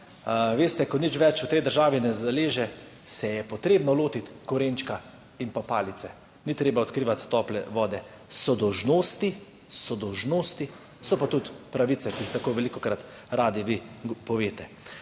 ko nič več v tej državi ne zaleže, se je potrebno lotiti korenčka in palice, ni treba odkrivati tople vode. So dolžnosti, so dolžnosti, so pa tudi pravice, ki jih tako velikokrat radi vi poveste.